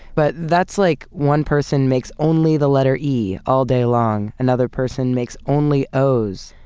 but that's like one person makes only the letter e all day long, another person makes only o's.